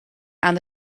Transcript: aan